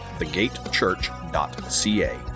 thegatechurch.ca